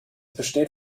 besteht